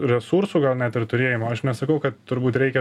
resursų gal net ir turėjimo aš nesakau kad turbūt reikia